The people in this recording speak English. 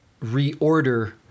reorder